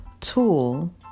tool